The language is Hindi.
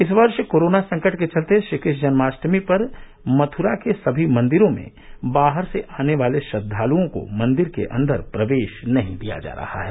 इस वर्ष कोरोना संकट के चलते श्रीकृष्ण जन्माष्टमी पर मथुरा के सभी मंदिरों में बाहर से आने वाले श्रद्वालुओं को मंदिर के अंदर प्रवेश नहीं दिया जा रहा है